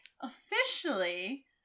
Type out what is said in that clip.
officially